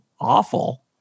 awful